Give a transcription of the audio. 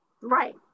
Right